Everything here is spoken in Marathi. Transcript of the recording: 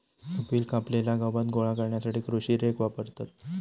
कपिल कापलेला गवत गोळा करण्यासाठी कृषी रेक वापरता